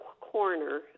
corner